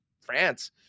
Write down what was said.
France